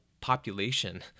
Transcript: population